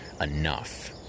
enough